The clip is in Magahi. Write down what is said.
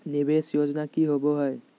निवेस योजना की होवे है?